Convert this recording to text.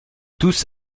tous